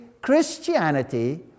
Christianity